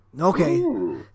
Okay